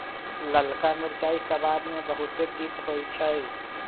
ललका मिरचाइ सबाद में बहुते तित होइ छइ